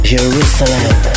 Jerusalem